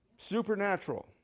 Supernatural